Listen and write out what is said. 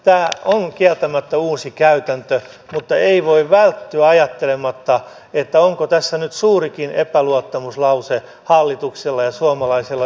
tämä on kieltämättä uusi käytäntö mutta ei voi välttyä ajattelemasta onko tässä nyt suurikin epäluottamuslause hallituksen ja suomalaisen yliopistoelämän välillä